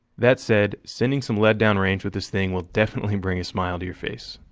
that said, sending some lead downrange with this thing will definitely bring a smile to your face.